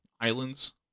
islands